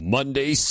Monday